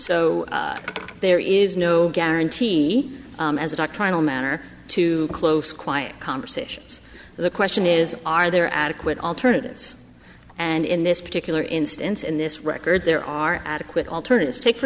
so there is no guarantee as a doctrinal manner to close quiet conversations the question is are there adequate alternatives and in this particular instance in this record there are adequate alternatives take for